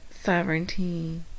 sovereignty